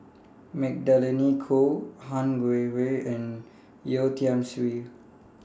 Magdalene Khoo Han Guangwei and Yeo Tiam Siew